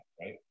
right